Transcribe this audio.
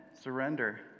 Surrender